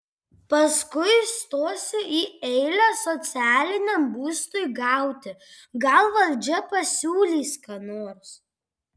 paskui stosiu į eilę socialiniam būstui gauti gal valdžia pasiūlys ką nors